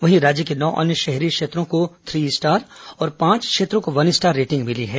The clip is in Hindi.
वहीं राज्य के नौ अन्य शहरी क्षेत्रों को थ्री स्टार और पांच क्षेत्रों को वन स्टार की रेंटिंग मिली हैं